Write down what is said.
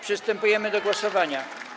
Przystępujemy do głosowania.